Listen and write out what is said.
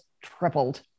tripled